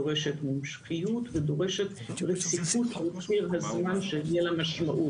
דורשת המשכיות ודורשת רציפות בציר הזמן שיהיה לה משמעות.